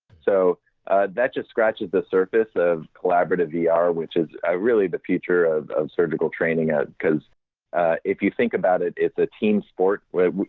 so that just scratches the surface of collaborative ah vr which is really the future of of surgical training ah because if you think about it, it's a team sport with.